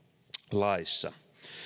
laissa